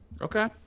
okay